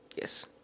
Yes